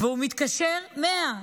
והוא מתקשר 100,